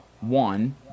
one